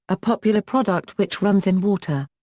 a popular product which runs in water.